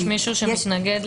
יש מישהו שמתנגד